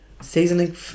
Seasoning